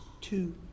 Two